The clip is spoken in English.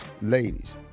Ladies